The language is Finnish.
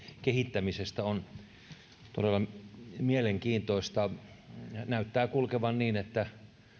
kehittämisestä on todella mielenkiintoista näyttää kulkevan niin että